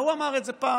ההוא אמר את זה פעם.